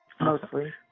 mostly